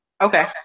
Okay